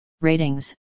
ratings